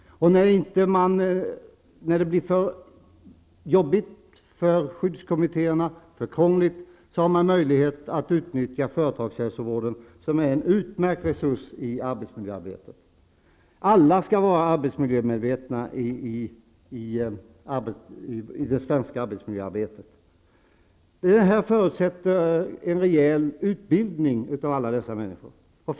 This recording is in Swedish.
När det blir för jobbigt för skyddskommittéerna har man möjlighet att utnyttja företagshälsovården, som är en utmärkt resurs i arbetsmiljöarbetet. Alla skall vara arbetsmiljömedvetna i det svenska arbetsmiljöarbetet. Detta förutsätter en rejäl utbildning av de berörda personerna.